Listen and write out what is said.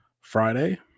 Friday